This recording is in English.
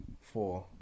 four